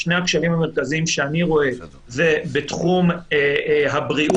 שני הכשלים המרכזיים שאני רואה הם בתחום הבריאות.